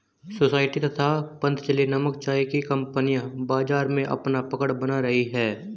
society तथा पतंजलि नामक चाय की कंपनियां बाजार में अपना पकड़ बना रही है